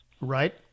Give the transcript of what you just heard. Right